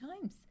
times